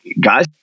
guys